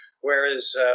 Whereas